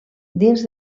dins